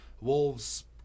Wolves